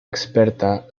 experta